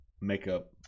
makeup